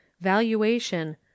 Valuation